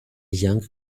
young